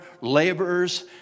laborers